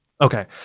Okay